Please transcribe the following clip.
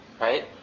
right